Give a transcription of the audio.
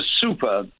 super